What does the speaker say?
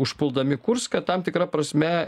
užpuldami kurską tam tikra prasme